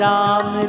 Ram